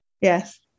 Yes